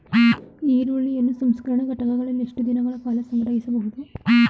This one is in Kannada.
ಈರುಳ್ಳಿಯನ್ನು ಸಂಸ್ಕರಣಾ ಘಟಕಗಳಲ್ಲಿ ಎಷ್ಟು ದಿನಗಳ ಕಾಲ ಸಂಗ್ರಹಿಸಬಹುದು?